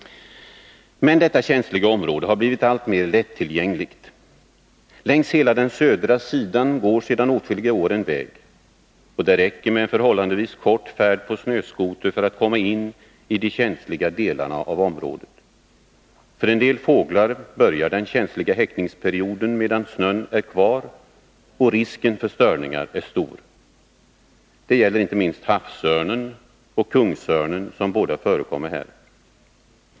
Men detta känsliga område har blivit alltmer lättillgängligt. Längs hela den södra sidan går sedan åtskilliga år en väg, och det räcker med en förhållandevis kort färd på snöskoter för att komma in i de känsliga delarna av området. För en del fåglar börjar den känsliga häckningsperioden medan snön är kvar, och risken för störningar är stor. Det gäller inte minst havsörnen och kungsörnen, som båda förekommer här.